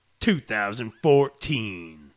2014